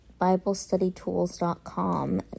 BibleStudyTools.com